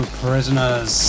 prisoners